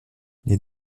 les